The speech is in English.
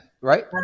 Right